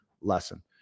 lesson